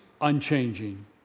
unchanging